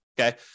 okay